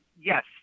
yes